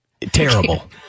Terrible